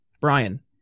Brian